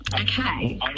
Okay